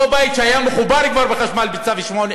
אותו בית היה מחובר כבר לחשמל בצו 2,